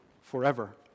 forever